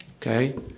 Okay